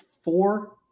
four